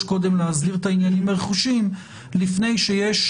קודם להסדיר את העניינים הרכושיים לפני שיש